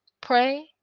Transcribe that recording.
pray